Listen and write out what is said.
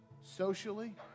Socially